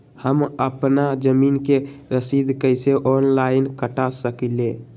हम अपना जमीन के रसीद कईसे ऑनलाइन कटा सकिले?